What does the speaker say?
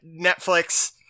Netflix